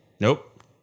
Nope